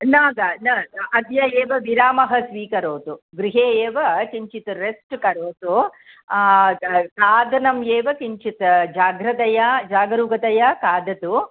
न न दा अद्य एव विरामं स्वीकरोतु गृहे एव किञ्चित् रेस्ट् करोतु क खादनम् एव किञ्चित् जाग्रतया जागरूकतया खादतु